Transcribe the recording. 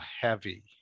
heavy